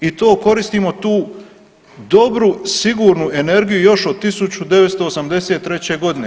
I to koristimo tu dobru, sigurnu energiju još 1983. godine.